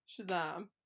shazam